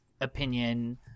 opinion